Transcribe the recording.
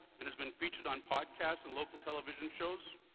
and has been featured on podcasts and local tv shows,